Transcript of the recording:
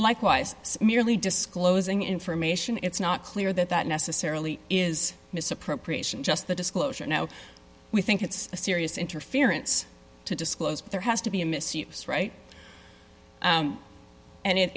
likewise merely disclosing information it's not clear that that necessarily is misappropriation just the disclosure no we think it's a serious interference to disclose there has to be a misuse right and i